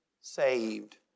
saved